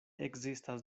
ekzistas